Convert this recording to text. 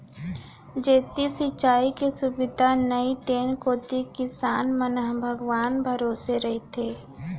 जेती सिंचाई के सुबिधा नइये तेन कोती किसान मन ह भगवान भरोसा रइथें